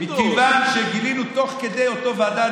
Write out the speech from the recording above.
מכיוון שגילינו תוך כדי אותה ועדה,